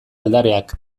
aldareak